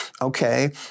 okay